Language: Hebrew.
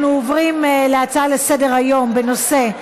אנחנו עוברים להצעות לסדר-היום בנושא: